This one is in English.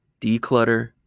Declutter